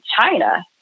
China